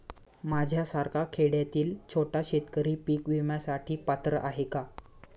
माझ्यासारखा खेड्यातील छोटा शेतकरी पीक विम्यासाठी पात्र आहे का?